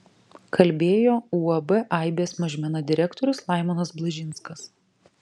kalbėjo uab aibės mažmena direktorius laimonas blažinskas